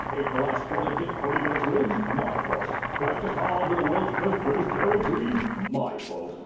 ate the last spotted dick pudding in the fridge? my fault. crashed a car into the world's first british dairy queen? my fault.